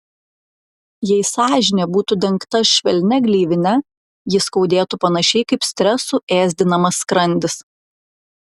jei sąžinė būtų dengta švelnia gleivine ji skaudėtų panašiai kaip stresų ėsdinamas skrandis